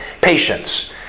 patience